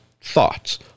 thoughts